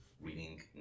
reading